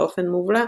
באופן מובלע,